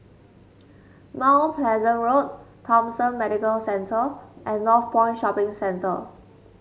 Mount Pleasant Road Thomson Medical Centre and Northpoint Shopping Centre